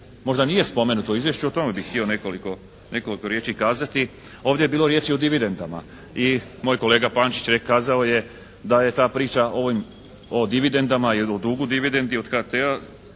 možda nije spomenuto u izvješću o tome bih htio nekoliko riječi kazati. Ovdje je bilo riječi o dividendama. I moj kolega Pančić kazao je da je ta priča, o dividendama i o dugu dividendi od HT-a ako